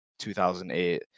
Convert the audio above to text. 2008